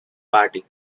party